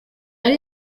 yari